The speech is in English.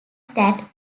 that